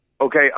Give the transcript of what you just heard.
okay